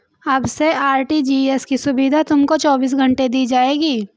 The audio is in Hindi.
अब से आर.टी.जी.एस की सुविधा तुमको चौबीस घंटे दी जाएगी